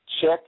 check